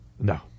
No